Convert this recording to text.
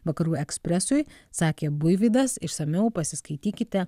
vakarų ekspresui sakė buivydas išsamiau pasiskaitykite